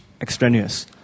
extraneous